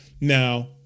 Now